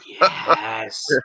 Yes